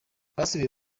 basubiye